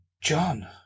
John